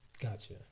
Gotcha